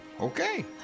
Okay